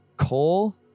Cole